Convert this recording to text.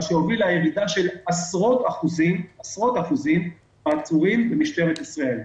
מה שהוביל לירידה של עשרות אחוזים בעצורים במשטרת ישראל.